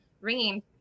ringing